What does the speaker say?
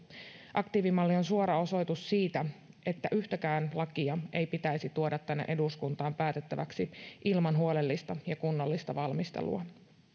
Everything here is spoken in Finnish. aktiivimalli on suora osoitus siitä että yhtäkään lakia ei pitäisi tuoda tänne eduskuntaan päätettäväksi ilman huolellista ja kunnollista valmistelua